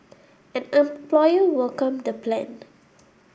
an employer welcomed the plan